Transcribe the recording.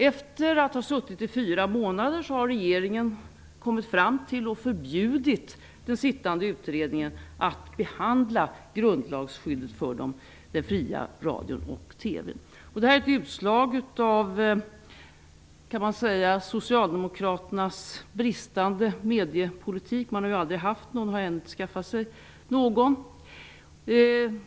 Efter att ha suttit i fyra månader har regeringen förbjudit den sittande utredningen att behandla grundlagsskyddet för den fria radion och TV-n. Man kan säga att det här är ett utslag av Socialdemokraternas bristande mediepolitik. Man har aldrig haft någon och har inte heller nu skaffat sig någon.